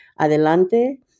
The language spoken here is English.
Adelante